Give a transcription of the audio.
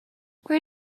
where